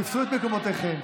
בעד מאזן גנאים,